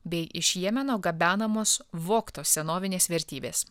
bei iš jemeno gabenamos vogtos senovinės vertybės